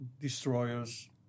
destroyers